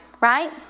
right